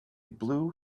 blue